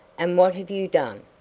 and what have you done?